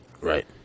Right